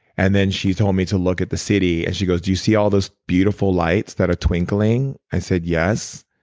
and then, she told me to look at the city and she goes, do you see all those beautiful lights that are twinkling. i said yes.